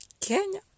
Kenya